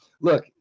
Look